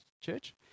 church